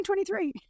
2023